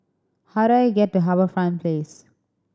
how do I get to HarbourFront Place